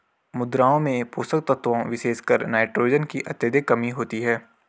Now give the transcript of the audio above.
मृदाओं में पोषक तत्वों विशेषकर नाइट्रोजन की अत्यधिक कमी होती है